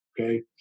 okay